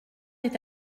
est